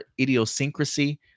idiosyncrasy